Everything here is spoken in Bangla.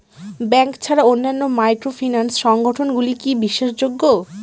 ব্যাংক ছাড়া অন্যান্য মাইক্রোফিন্যান্স সংগঠন গুলি কি বিশ্বাসযোগ্য?